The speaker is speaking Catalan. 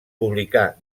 publicà